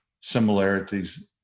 similarities